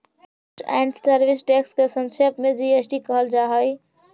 goods and service test के संक्षेप में जी.एस.टी कहल जा हई